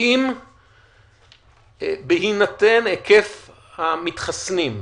בהינתן היקף המתחסנים,